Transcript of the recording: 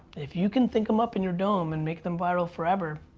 if you can think em up in your dome and make them viral forever,